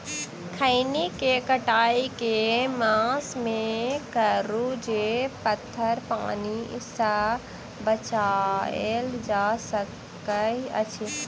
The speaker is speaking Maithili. खैनी केँ कटाई केँ मास मे करू जे पथर पानि सँ बचाएल जा सकय अछि?